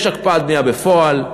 יש הקפאת בנייה בפועל.